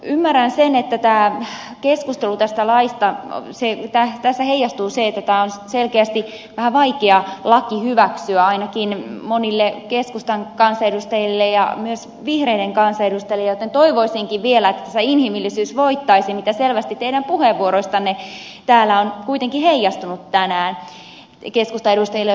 ymmärrän sen että keskustelussa tästä laista heijastuu se että tämä on selkeästi vähän vaikea laki hyväksyä ainakin monille keskustan kansanedustajille ja myös vihreiden kansanedustajille joten toivoisinkin vielä että tässä inhimillisyys voittaisi mitä selvästi teidän puheenvuoroistanne täällä on kuitenkin heijastunut tänään keskustan edustajilla jotka paikalla ovat olleet